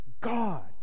God